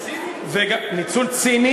ניצול ציני?